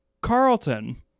Carlton